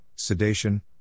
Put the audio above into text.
sedation